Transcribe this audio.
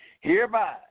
Hereby